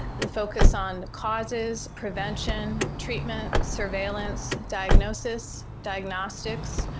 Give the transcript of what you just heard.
the focus on causes, prevention, treatment, surveillance, diagnosis, diagnostics,